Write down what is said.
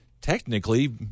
technically